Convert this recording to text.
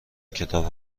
کتاب